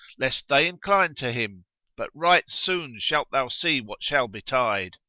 lest they incline to him but right soon shalt thou see what shall betide.